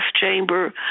chamber